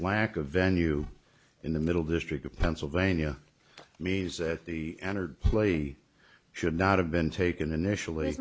lack of venue in the middle district of pennsylvania means that the entered play should not have been taken initially